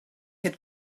had